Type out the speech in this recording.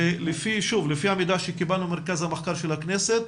ולפי המידע שקיבלנו ממרכז המחקר של הכנסת,